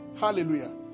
Hallelujah